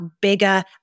bigger